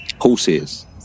Horses